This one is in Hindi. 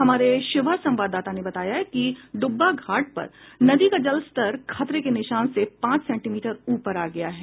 हमारे शिवहर संवाददाता ने बताया कि डुब्बा घाट पर नदी का जलस्तर खतरे के निशान से पांच सेंटीमीटर ऊपर आ गया है